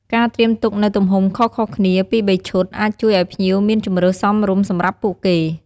ការត្រៀមទុកនូវទំហំខុសៗគ្នាពីរបីឈុត អាចជួយឲ្យភ្ញៀវមានជម្រើសសមរម្យសម្រាប់ពួកគេ។